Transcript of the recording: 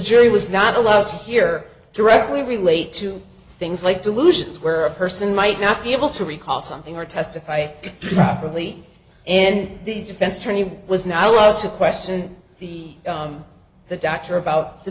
jury was not allowed to hear directly relate to things like delusions where a person might not be able to recall something or testify properly and the defense attorney was not allowed to question the the doctor about the